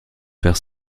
faire